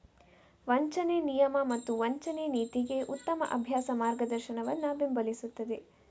ವಂಚನೆ ನಿಯಮ ಮತ್ತು ವಂಚನೆ ನೀತಿಗೆ ಉತ್ತಮ ಅಭ್ಯಾಸ ಮಾರ್ಗದರ್ಶನವನ್ನು ಬೆಂಬಲಿಸುತ್ತದೆ